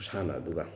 ꯈꯨꯠꯁꯥꯟꯅ ꯑꯗꯨꯒ